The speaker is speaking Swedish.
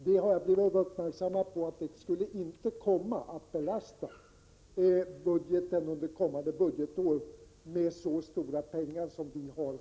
Men jag har blivit uppmärksammad på att budgeten under kommande budgetår inte skulle komma att belastas i den utsträckningen.